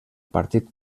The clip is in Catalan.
partit